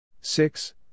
six